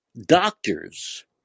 doctors